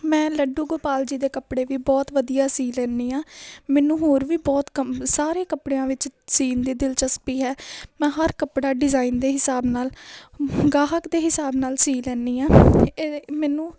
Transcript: ਮੈਂ ਲੱਡੂ ਗੋਪਾਲ ਜੀ ਦੇ ਕੱਪੜੇ ਵੀ ਬਹੁਤ ਵਧੀਆ ਸਿਉਂ ਲੈਂਦੀ ਹਾਂ ਮੈਨੂੰ ਹੋਰ ਵੀ ਬਹੁਤ ਕੰਮ ਸਾਰੇ ਕੱਪੜਿਆਂ ਵਿੱਚ ਸਿਉਣ ਦੀ ਦਿਲਚਸਪੀ ਹੈ ਮੈਂ ਹਰ ਕੱਪੜਾ ਡਿਜ਼ਾਇਨ ਦੇ ਹਿਸਾਬ ਨਾਲ ਗਾਹਕ ਦੇ ਹਿਸਾਬ ਨਾਲ ਸਿਉਂ ਲੈਂਦੀ ਹਾਂ ਇਹਦੇ ਮੈਨੂੰ